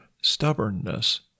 stubbornness